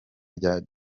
rya